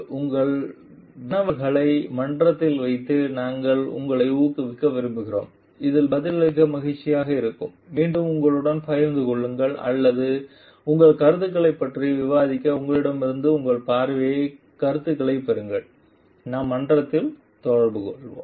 உங்கள் வினவல்களை மன்றத்தில் வைக்க நாங்கள் உங்களை ஊக்குவிக்க விரும்புகிறோம் இது பதிலளிப்பதில் மகிழ்ச்சியாக இருக்கும் மீண்டும் உங்களுடன் பகிர்ந்து கொள்ளுங்கள் அல்லது உங்கள் கருத்துக்களைப் பற்றி விவாதிக்கவும் உங்களிடமிருந்து உங்கள் பார்வைக் கருத்துக்களைப் பெறுங்கள் நாம் மன்றத்தில் தொடர்புகொள்வோம்